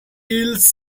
else